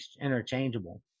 interchangeable